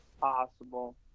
possible